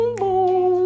boom